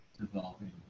developing